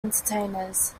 entertainers